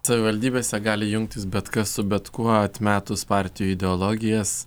savivaldybėse gali jungtis bet kas su bet kuo atmetus partijų ideologijas